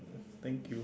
thank you